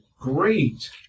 great